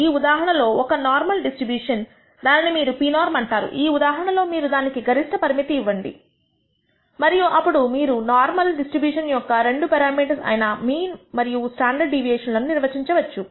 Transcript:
ఈ ఉదాహరణలో ఒక నార్మల్ డిస్ట్రిబ్యూషన్ దానిని మీరు pnorm అంటారు ఈ ఉదాహరణ లో మీరు దానికి ఒక గరిష్ట పరిమితి ఇవ్వండి మరియు అప్పుడు మీరు నార్మల్ డిస్ట్రిబ్యూషన్ యొక్క రెండు పెరామీటర్స్ అయిన మీన్ మరియు స్టాండర్డ్ డీవియేషన్ లను నిర్వచించవచ్చు